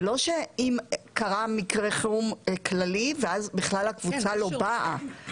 זה לא שאם קרה מקרה חירום כללי ואז בכלל הקבוצה לא באה.